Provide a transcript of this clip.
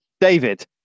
David